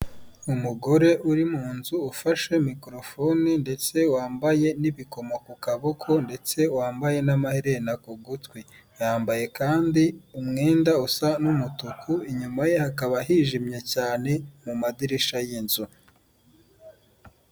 Umugore uri mu nzu ufashe mikorofone ndetse wambaye n'ibikomo ku kaboko ndetse wambaye n'amaherena ku gutwi, yambaye kandi umwenda usa n'umutuku, inyuma ye hakaba hijimye cyane mu madirishya y'inzu.